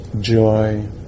joy